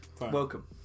welcome